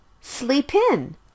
Sleep-in